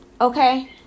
okay